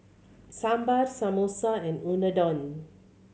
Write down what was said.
Sambar Samosa and Unadon